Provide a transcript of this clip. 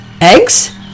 Eggs